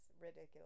ridiculous